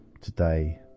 today